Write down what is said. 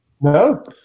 No